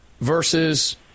versus